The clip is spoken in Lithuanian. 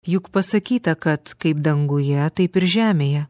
juk pasakyta kad kaip danguje taip ir žemėje